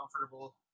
comfortable